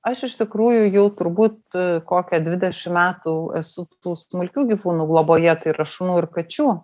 aš iš tikrųjų jau turbūt kokią dvidešim metų esu tų smulkių gyvūnų globoje tai yra šunų ir kačių